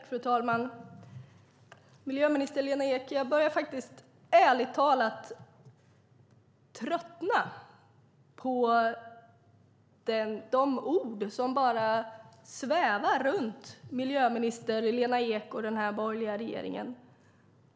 Fru talman! Jag börjar ärligt talat tröttna på de ord som bara svävar runt miljöminister Lena Ek och den borgerliga regeringen.